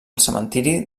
cementiri